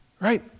right